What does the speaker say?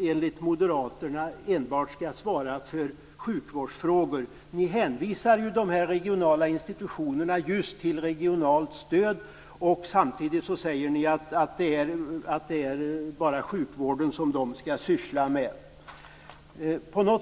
enligt moderaterna enbart skall svara för sjukvårdsfrågor? Ni hänvisar ju beträffande de regionala institutionerna just till regionalt stöd, men samtidigt säger ni att landstingen och regionerna bara skall syssla med sjukvård.